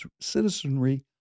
citizenry